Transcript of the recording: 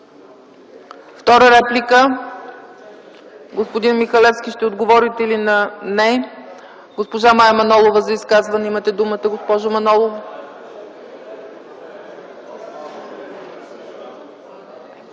Втора реплика? Господин Михалевски, ще отговорите ли? Не. Госпожа Мая Манолова – за изказване. Имате думата, госпожо Манолова.